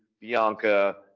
Bianca